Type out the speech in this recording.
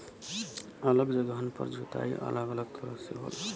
अलग जगहन पर जोताई अलग अलग तरह से होला